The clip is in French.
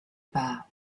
par